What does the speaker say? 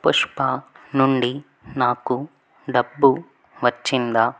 పుష్ప నుండి నాకు డబ్బు వచ్చిందా